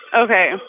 Okay